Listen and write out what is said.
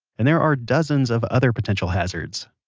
and there are dozens of other potential hazards